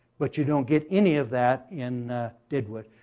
but you don't get any of that in deadwood.